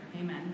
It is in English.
Amen